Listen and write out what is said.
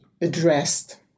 addressed